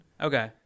Okay